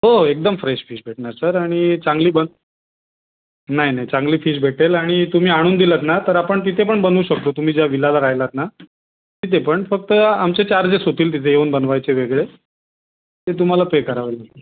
हो हो एकदम फ्रेश फिश भेटणार सर आणि चांगली पण नाही नाही चांगली फिश भेटेल आणि तुम्ही आणून दिलंत ना तर आपण तिथे पण बनवू शकतो तुम्ही ज्या विलाला राहिलात ना तिथे पण फक्त आमचे चार्जेस होतील तिथे येऊन बनवायचे वेगळे ते तुम्हाला पे करावं लागेल